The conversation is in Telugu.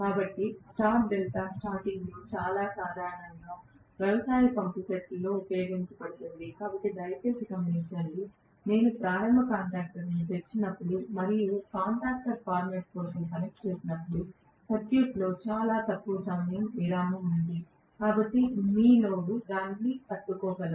కాబట్టి స్టార్ డెల్టా స్టార్టింగ్ చాలా సాధారణంగా వ్యవసాయ పంపు సెట్లలో ఉపయోగించబడుతుంది కాని దయచేసి గమనించండి నేను ప్రారంభ కాంటాక్టర్లను తెరిచినప్పుడు మరియు తరువాత కాంటాక్టర్ ఫార్మాట్ కోసం కనెక్ట్ చేసేటప్పుడు సర్క్యూట్లో చాలా తక్కువ సమయం విరామం ఉంది కాబట్టి మీ లోడ్ దానిని తట్టుకోగలదు